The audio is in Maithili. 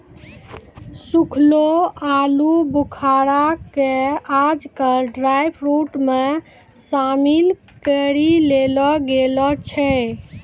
सूखलो आलूबुखारा कॅ आजकल ड्रायफ्रुट मॅ शामिल करी लेलो गेलो छै